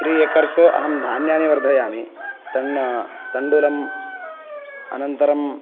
three acres अहं धान्यानि वर्धयामि तण् तण्डुलम् अनन्तरं